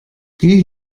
geh